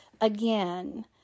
again